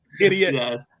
Idiot